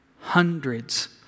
Hundreds